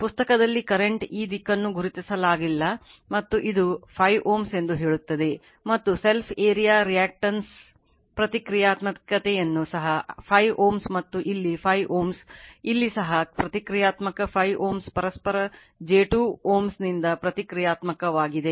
ಪುಸ್ತಕದಲ್ಲಿ ಕರೆಂಟ್ ಈ ದಿಕ್ಕನ್ನು ಗುರುತಿಸಲಾಗಿಲ್ಲ ಮತ್ತು ಇದು 5 Ω ಎಂದು ಹೇಳುತ್ತದೆ ಮತ್ತು self area reactance ಪ್ರತಿಕ್ರಿಯಾತ್ಮಕತೆಯನ್ನು ಸಹ 5 Ω ಮತ್ತು ಇಲ್ಲಿ 5 Ω ಇಲ್ಲಿ ಸಹ ಪ್ರತಿಕ್ರಿಯಾತ್ಮಕ 5 Ω ಪರಸ್ಪರ j 2 Ω ನಿಂದ ಪ್ರತಿಕ್ರಿಯಾತ್ಮಕವಾಗಿದೆ